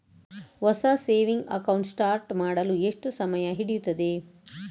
ಹೊಸ saving account start ಮಾಡಲು ಎಷ್ಟು ಸಮಯ ಹಿಡಿಯುತ್ತದೆ?